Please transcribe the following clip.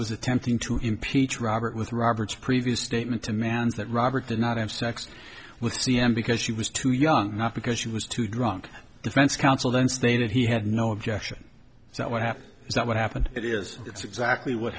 was attempting to impeach robert with robert's previous statement to mans that robert did not have sex with c m because she was too young not because she was too drunk defense counsel then stated he had no objection is that what happened is that what happened it is it's exactly what